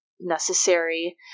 necessary